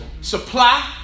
Supply